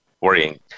worrying